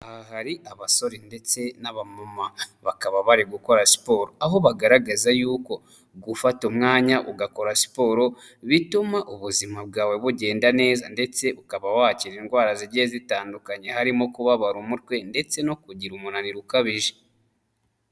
Aha hari abasore ndetse n'abamama bakaba bari gukora siporo aho bagaragaza yuko gufata umwanya ugakora siporo bituma ubuzima bwawe bugenda neza ndetse ukaba wakira indwara zigiye zitandukanye harimo kubabara umutwe ndetse no kugira umunaniro ukabije.